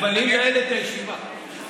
לא, אי-אפשר, בישיבה לא רואים.